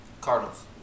Cardinals